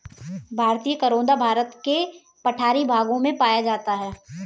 भारतीय करोंदा भारत के पठारी भागों में पाया जाता है